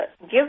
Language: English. give